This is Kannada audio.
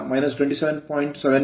7o ಆಂಪಿರೆ ಆಗಿರುತ್ತದೆ